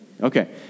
Okay